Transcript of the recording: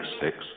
Six